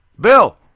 Bill